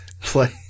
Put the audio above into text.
play